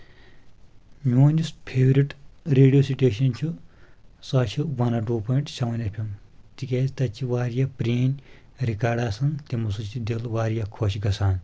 میون یُس favourite radio station چھُ سُہ چھِ one two point seven F M تِکیازِ تَتہِ چھِ واریاہ پرٛٲنۍ رِکاڈ آسان تِمو سۭتۍ چھِ دِل واریاہ خۄش گژھان